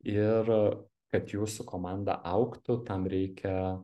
ir kad jūsų komanda augtų tam reikia